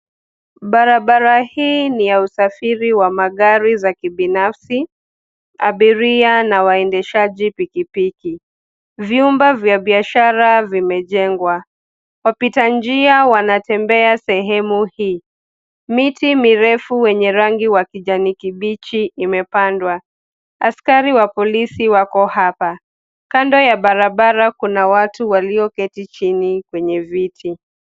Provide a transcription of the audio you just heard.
Barabara hii ni ya usafiri wa magari za kibinafsi, abiria na waendeshaji pikipiki. Vyumba vya biashara vimejengwa. Wapita njia wanatembea sehemu hii. Miti mirefu wenye rangi wa kijani kibichi imepandwa. Askari wa polisi wako hapa. Kando ya barabara kuna watu walioketi chini kwenye viti.